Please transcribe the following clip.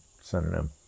synonym